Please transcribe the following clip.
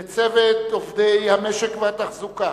לצוות עובדי המשק והתחזוקה,